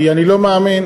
כי אני לא מאמין,